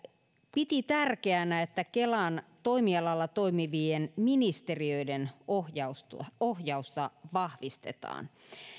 piti tärkeänä että kelan toimialalla toimivien ministeriöiden ohjausta ohjausta vahvistetaan